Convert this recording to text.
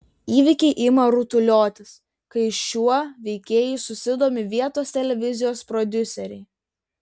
įvykiai ima rutuliotis kai šiuo veikėju susidomi vietos televizijos prodiuseriai